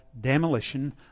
demolition